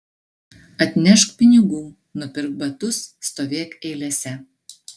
atnešk pinigų nupirk batus stovėk eilėse